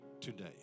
today